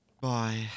Bye